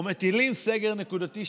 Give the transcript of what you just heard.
או מטילים סגר נקודתי.